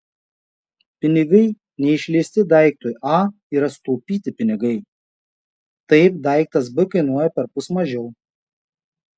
pinigai neišleisti daiktui a yra sutaupyti pinigai taip daiktas b kainuoja perpus mažiau